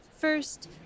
First